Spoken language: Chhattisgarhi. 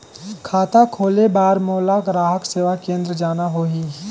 खाता खोले बार मोला ग्राहक सेवा केंद्र जाना होही?